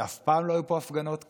ואף פעם לא היו פה הפגנות כאלה.